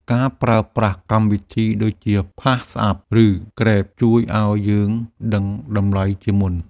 ការប្រើប្រាស់កម្មវិធីដូចជា PassApp ឬ Grab ជួយឱ្យយើងដឹងតម្លៃជាមុន។